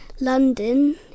London